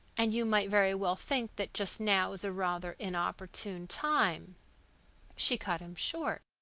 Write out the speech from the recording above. and you might very well think that just now is a rather inopportune time she cut him short.